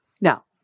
Now